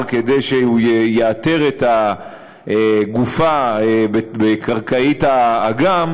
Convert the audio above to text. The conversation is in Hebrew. כדי שהוא יאתר את הגופה בקרקעית האגם,